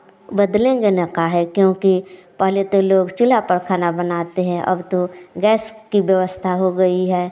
बदलेंगे न काहे क्योंकि पहले तो लोग चूल्हा पर खाना बनाते हैं अब तो गैस की व्यवस्था हो गई है